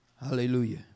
Hallelujah